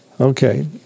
Okay